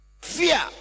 fear